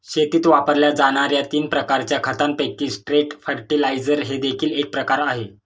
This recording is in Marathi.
शेतीत वापरल्या जाणार्या तीन प्रकारच्या खतांपैकी स्ट्रेट फर्टिलाइजर हे देखील एक प्रकार आहे